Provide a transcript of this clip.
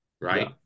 right